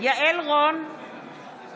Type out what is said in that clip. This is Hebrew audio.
יעל רון בן משה,